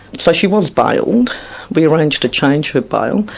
so she was bailed. we arranged to change her bail.